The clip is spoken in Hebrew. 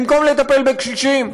במקום לטפל בקשישים.